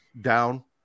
down